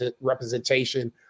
representation